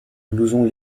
blouson